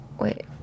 wait